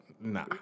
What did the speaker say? nah